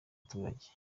abaturage